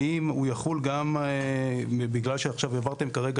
האם הוא יחול גם בגלל שעכשיו העברתם כרגע